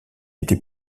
été